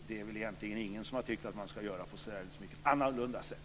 Det är egentligen ingen som har tyckt att man ska göra på särdeles mycket annorlunda sätt.